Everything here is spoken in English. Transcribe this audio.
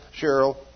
Cheryl